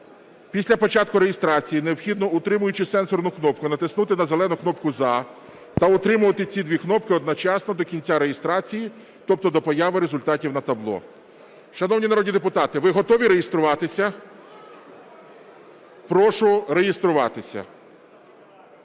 після початку реєстрації необхідно, утримуючи сенсорну кнопку, натиснути на зелену кнопку "За" та утримувати ці дві кнопки одночасно до кінця реєстрації, тобто до появи результатів на табло. Шановні народні депутати, ви готові реєструватися? Прошу реєструватися.